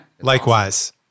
Likewise